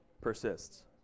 persists